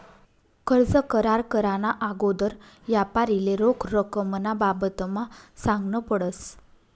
कर्ज करार कराना आगोदर यापारीले रोख रकमना बाबतमा सांगनं पडस